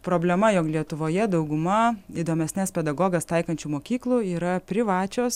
problema jog lietuvoje dauguma įdomesnes pedagogas taikančių mokyklų yra privačios